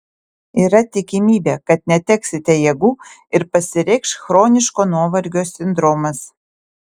yra tikimybė kad neteksite jėgų ir pasireikš chroniško nuovargio sindromas